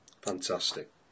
fantastic